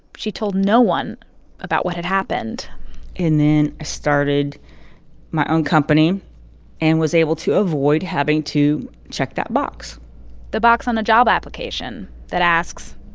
she told no one about what had happened and then i started my own company and was able to avoid having to check that box the box on a job application that asks,